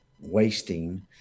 wasting